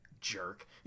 jerk